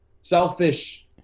selfish